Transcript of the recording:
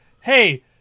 hey